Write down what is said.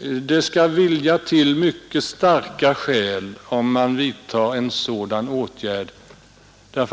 Man SS — Skall ha mycket starka skäl för att vidta en sådan åtgärd. Jag tror att en Rätt till ledighet 6 .